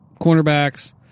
cornerbacks